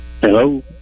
Hello